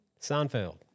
Seinfeld